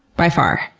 by far,